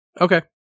Okay